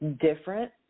different